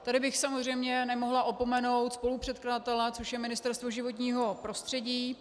Tady bych samozřejmě nemohla opomenout spolupředkladatele, což je Ministerstvo životního prostředí.